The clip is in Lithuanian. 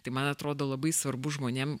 tai man atrodo labai svarbu žmonėm